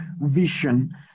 vision